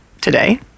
today